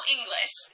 English